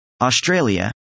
Australia